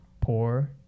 poor